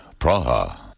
Praha